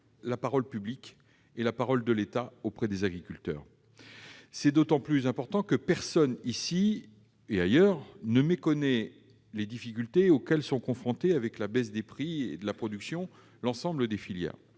le crédit de la parole de l'État auprès des agriculteurs. C'est d'autant plus important que personne, ici et ailleurs, ne méconnaît les difficultés auxquelles sont confrontées, du fait de la baisse des prix à la production, l'ensemble des filières.